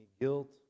guilt